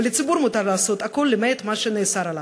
ולציבור מותר לעשות הכול למעט מה שנאסר עליו.